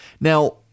Now